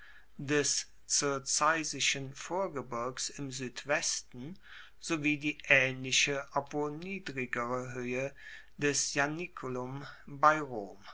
des circeischen vorgebirgs im suedwesten sowie die aehnliche obwohl niedrigere hoehe des ianiculum bei rom